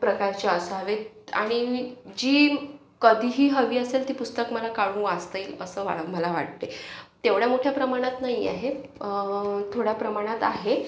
प्रकारचे असावेत आणि मी जी कधीही हवी असेल ती पुस्तक मला काढून वाचता येईल असं वाळा मला वाटते तेवढ्या मोठ्या प्रमाणात नाही आहे थोड्या प्रमाणात आहे